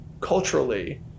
culturally